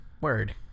word